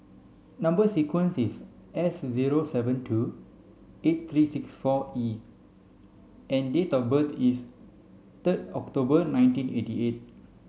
number sequence is S zero seven two eight three six four E and date of birth is third October nineteen eighty eight